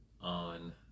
on